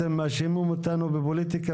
אתם מאשימים אותנו בפוליטיקה